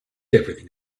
everything